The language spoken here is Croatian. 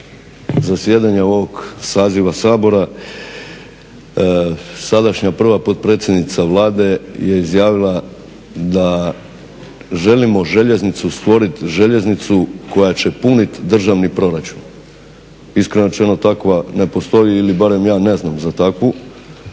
zasjedanja ovog saziva Sabora, sadašnja prva potpredsjednica Vlade je izjavila da želimo željeznicu, stvoriti željeznicu koja će puniti državni proračun. Iskreno rečeno takva ne postoji ili barem ja ne znam za takvu